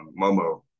Momo